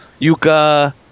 yuka